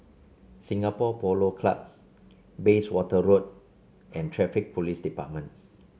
Singapore Polo Club Bayswater Road and Traffic Police Department